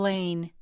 Lane